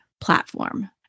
platform